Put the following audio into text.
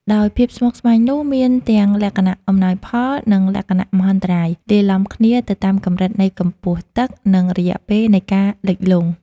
ដោយភាពស្មុគស្មាញនោះ មានទាំងលក្ខណៈអំណោយផល និងលក្ខណៈមហន្តរាយ លាយឡំគ្នាទៅតាមកម្រិតនៃកម្ពស់ទឹក និងរយៈពេលនៃការលិចលង់។